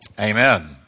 Amen